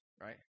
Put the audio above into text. right